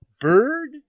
bird